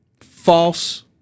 false